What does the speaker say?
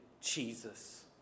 Jesus